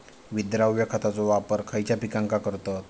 विद्राव्य खताचो वापर खयच्या पिकांका करतत?